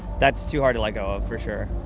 that's too hard to let go of, for sure.